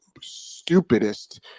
stupidest